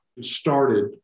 started